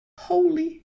Holy